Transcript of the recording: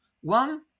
one